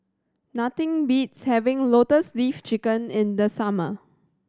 nothing beats having Lotus Leaf Chicken in the summer